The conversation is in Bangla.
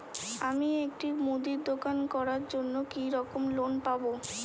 আমি একটি মুদির দোকান করার জন্য কি রকম লোন পাব?